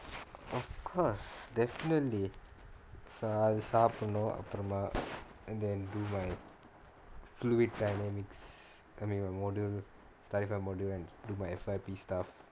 of course definitely அது சாப்டனும் அப்புறமா:athu saapdanum appuramaa and then do my fluid dynamics I mean my model study my model and do my F_Y_P stuff